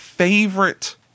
favorite